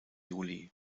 juli